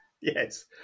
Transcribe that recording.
Yes